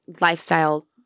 lifestyle